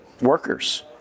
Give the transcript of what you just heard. workers